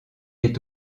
est